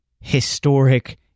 historic